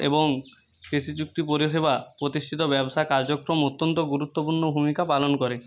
এবং কৃষিযুক্ত পরিষেবা প্রতিষ্ঠিত ব্যবসা কার্যক্রম অত্যন্ত গুরুত্বপূর্ণ ভূমিকা পালন করে